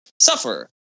suffer